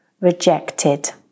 rejected